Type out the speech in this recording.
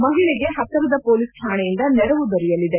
ಮಹಿಳೆಗೆ ಹತ್ತಿರದ ಪೊಲೀಸ್ ಕಾಣೆಯಿಂದ ನೆರವು ದೊರೆಯಲಿದೆ